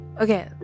Okay